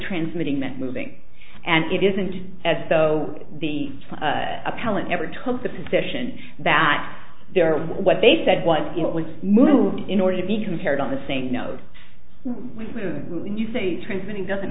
transmitting that moving and it isn't as though the appellant ever took the position that there were what they said was it was moved in order to be compared on the same note when you say transmitting doesn't